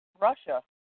Russia